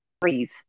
breathe